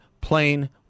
plain